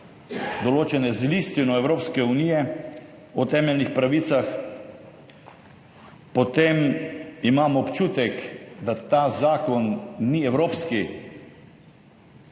določene z Listino Evropske unije o temeljnih pravicah, potem imam občutek, da ta zakon ni evropski.